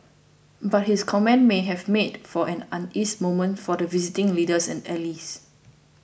but his comments may have made for an uneasy moment for the visiting leaders and allys